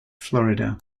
florida